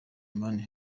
money